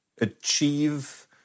achieve